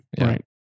right